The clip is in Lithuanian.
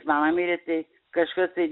mama mirė tai kažkas tai